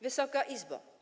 Wysoka Izbo!